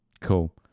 Cool